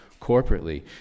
corporately